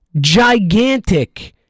gigantic